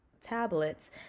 tablets